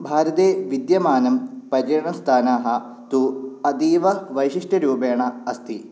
भारते विद्यमानं पर्यटनस्थानाः तु अदीववैशिष्ट्यरूपेण अस्ति